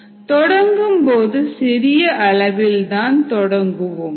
தொடங்கும்போது சிறிய அளவில்தான் தொடங்குவோம்